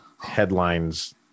headlines